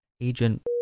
Agent